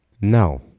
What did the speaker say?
No